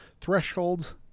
Thresholds